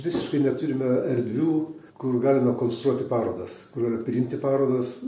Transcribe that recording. visiškai neturime erdvių kur galime konstruoti parodas kur priimti parodas